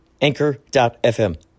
Anchor.fm